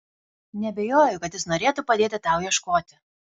neabejoju kad jis norėtų padėti tau ieškoti